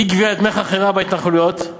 אי-גביית דמי חכירה בהתנחלויות,